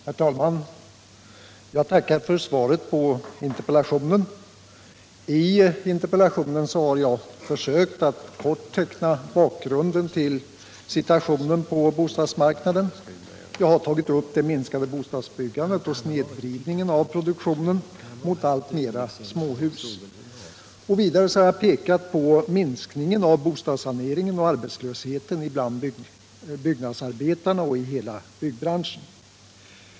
Herr talman! Jag tackar för svaret på min interpellation. I interpellationen har jag försökt att kort teckna bakgrunden till si tuationen på bostadsmarknaden. Jag har tagit upp det minskade bostadsbyggandet och snedvridningen av produktionen mot allt fler småhus. Vidare har jag pekat på minskningen av bostadssaneringen och arbetslösheten bland byggnadsarbetarna och i hela byggbranschen.